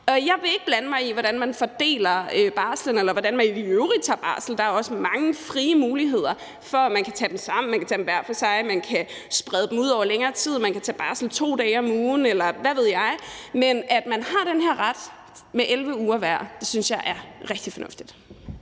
Jeg vil ikke blande mig i, hvordan man fordeler barslen, eller hvordan man i øvrigt tager barsel. Der er også mange frie muligheder for, at man kan tage den sammen, at man kan tage den hver for sig, at man kan sprede den ud over længere tid, f.eks. tage barsel 2 dage om ugen, eller hvad ved jeg. Men at man har den her ret til 11 uger hver, synes jeg er rigtig fornuftigt.